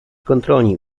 kontrolní